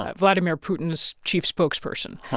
ah vladimir putin's chief spokesperson,